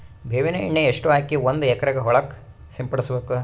ಬೇವಿನ ಎಣ್ಣೆ ಎಷ್ಟು ಹಾಕಿ ಒಂದ ಎಕರೆಗೆ ಹೊಳಕ್ಕ ಸಿಂಪಡಸಬೇಕು?